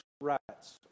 rights